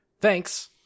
Thanks